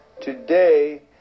today